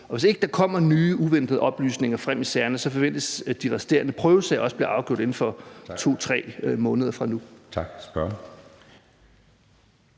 Hvis ikke der kommer nye uventede oplysninger frem i sagerne, forventes det, at de resterende prøvesager også bliver afgjort inden for 2-3 måneder fra nu. Kl.